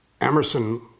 Emerson